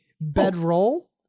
bedroll